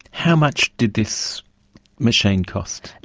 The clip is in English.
how much did this machine cost?